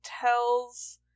tells